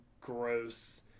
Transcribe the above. gross